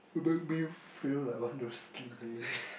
make me feel like want to sleep leh